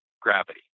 gravity